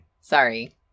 Sorry